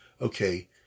okay